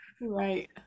Right